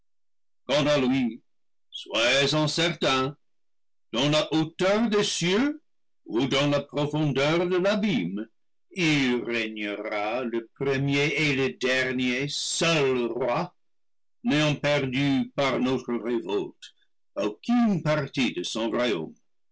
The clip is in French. dans la hauteur des cieux ou dans la profondeur de l'abîme il régnera le premier et le dernier seul roi n'ayant perdu par notre révolte aucune partie de son royaume